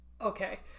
okay